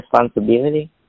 responsibility